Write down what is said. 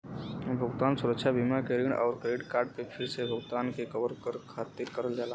भुगतान सुरक्षा बीमा के ऋण आउर क्रेडिट कार्ड पे फिर से भुगतान के कवर करे खातिर करल जाला